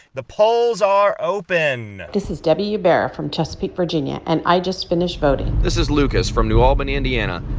the polls are open this is debbie yubert from chesapeake, va, yeah and i just finished voting this is lucas from new albany, and yeah and